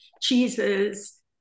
cheeses